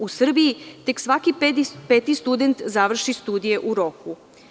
U Srbiji tek svaki peti student završi studije u roku.